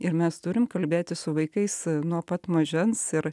ir mes turime kalbėti su vaikais nuo pat mažens ir